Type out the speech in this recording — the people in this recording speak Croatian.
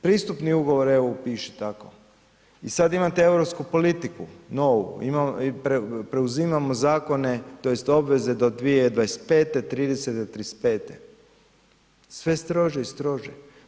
Pristupni ugovor EU piše tako i sad imate europsku politiku novu, preuzimamo zakone tj. obveze do 2025., '30., '35., sve strože i strože.